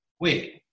wait